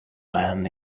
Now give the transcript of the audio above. man